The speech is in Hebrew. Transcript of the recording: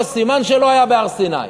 סימן שלא היה בהר-סיני.